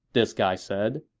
this guy said